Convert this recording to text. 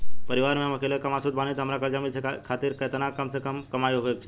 परिवार में हम अकेले कमासुत बानी त हमरा कर्जा मिले खातिर केतना कम से कम कमाई होए के चाही?